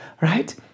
Right